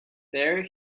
there